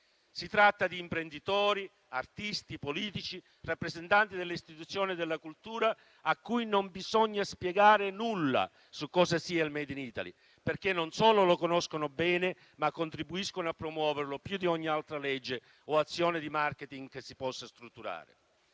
Si tratta di imprenditori, artisti, politici, rappresentanti delle istituzioni e della cultura, a cui non bisogna spiegare nulla su cosa sia il *made in Italy* perché non solo lo conoscono bene, ma contribuiscono anche a promuoverlo più di ogni altra legge o azione di *marketing* che si possa strutturare.